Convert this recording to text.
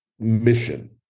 mission